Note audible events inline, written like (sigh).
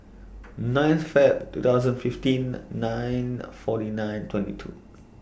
ninth Feb two thousand and fifteen (noise) nine forty nine twenty two